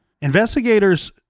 investigators